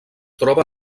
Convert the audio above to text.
troba